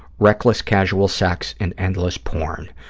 reckless casual sex and endless porn.